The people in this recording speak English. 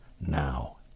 now